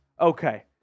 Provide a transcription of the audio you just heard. Okay